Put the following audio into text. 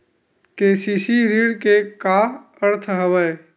KCC ऋण के का अर्थ हवय?